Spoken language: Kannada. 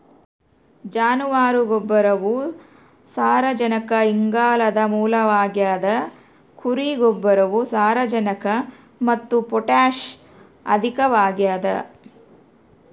ಜಾನುವಾರು ಗೊಬ್ಬರವು ಸಾರಜನಕ ಇಂಗಾಲದ ಮೂಲವಾಗಿದ ಕುರಿ ಗೊಬ್ಬರವು ಸಾರಜನಕ ಮತ್ತು ಪೊಟ್ಯಾಷ್ ಅಧಿಕವಾಗದ